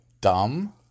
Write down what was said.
dumb